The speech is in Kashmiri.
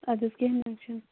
اَدٕ حظ کیٚنٛہہ نہٕ حظ چھُنہٕ